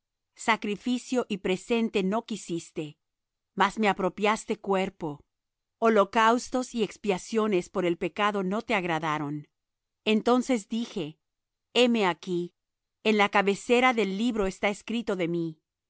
sacrificio y presente no quisiste mas me apropiaste cuerpo holocaustos y expiaciones por el pecado no te agradaron entonces dije heme aquí en la cabecera del libro está escrito de mí para que haga oh dios tu